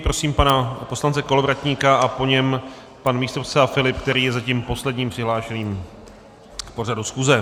Prosím pana poslance Kolovratníka, po něm pan místopředseda Filip, který je zatím posledním přihlášeným k pořadu schůze.